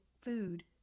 food